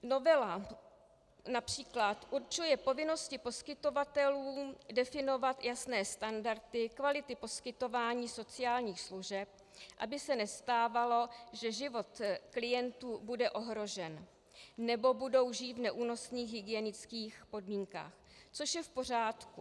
Novela například určuje povinnosti poskytovatelů definovat jasné standardy kvality poskytování sociálních služeb, aby se nestávalo, že život klientů bude ohrožen nebo budou žít v neúnosných hygienických podmínkách, což je v pořádku.